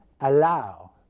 allow